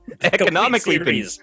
economically